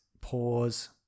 pause